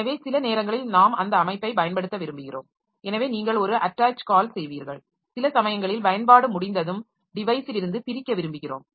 எனவே சில நேரங்களில் நாம் அந்த அமைப்பைப் பயன்படுத்த விரும்புகிறோம் எனவே நீங்கள் ஒரு அட்டாச் கால் செய்வீர்கள் சில சமயங்களில் பயன்பாடு முடிந்ததும் டிவைஸிலிருந்து பிரிக்க விரும்புகிறோம்